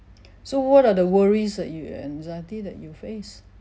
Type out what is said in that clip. so what are the worries that you and anxiety that you face